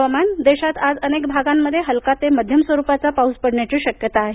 हवामान देशात आज अनेक भागांमध्ये हलका ते मध्यम स्वरूपाचा पाऊस पडण्याची शक्यता आहे